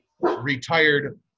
retired